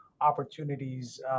opportunities